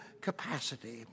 capacity